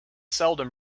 seldom